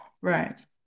Right